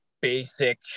basic